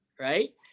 Right